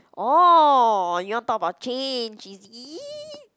oh you want to talk about change is it